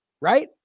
Right